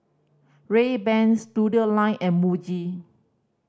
Rayban Studioline and Muji